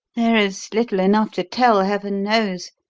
there is little enough to tell, heaven knows,